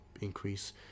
increase